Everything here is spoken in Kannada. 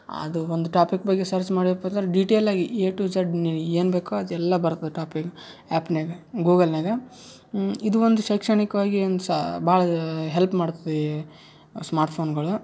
ಅದು ಒಂದು ಟಾಪಿಕ್ ಬಗ್ಗೆ ಸರ್ಚ್ ಮಾಡಿದೆಪ್ಪ ಅಂದ್ರೆ ಡಿಟೇಲಾಗಿ ಎ ಟು ಝಡ್ ಏನು ಬೇಕೋ ಅದೆಲ್ಲ ಬರತ್ತೆ ಟಾಪಿಕ್ ಆ್ಯಪ್ನ್ಯಾಗ ಗೂಗಲ್ನ್ಯಾಗ ಇದು ಒಂದು ಶೈಕ್ಷಣಿಕವಾಗಿ ಒಂದು ಸ ಭಾಳ ಹೆಲ್ಪ್ ಮಾಡತ್ತೆ ಈ ಸ್ಮಾರ್ಟ್ ಫೋನ್ಗಳು